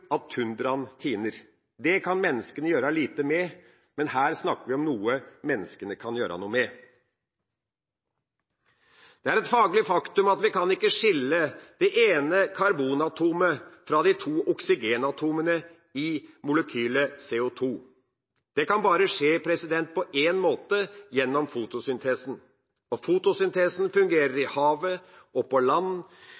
at tundraen tiner. Det kan menneskene gjøre lite med, men her snakker vi om noe menneskene kan gjøre noe med. Det er et faglig faktum at vi ikke kan skille det ene karbonatomet fra de to oksygenatomene i molekylet CO2. Det kan bare skje på én måte: gjennom fotosyntesen. Fotosyntesen fungerer i